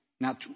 now